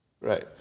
Right